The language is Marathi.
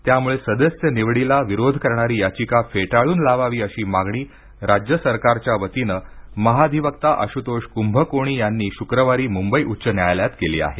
त्यामुळे सदस्य निवडीला विरोध करणारी याचिका फेटाळून लावावी अशी मागणी राज्य सरकारच्या वतीनं महाधिवक्ता आश्तोष क्भकोणी यांनी शुक्रवारी मुंबई उच्च न्यायालयात केली आहे